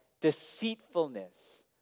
deceitfulness